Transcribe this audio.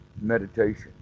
meditation